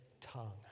tongue